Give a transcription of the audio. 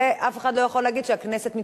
ואף אחד לא יכול להגיד שהכנסת מתמהמהת.